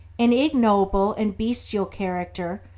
an ignoble and bestial character,